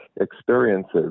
Experiences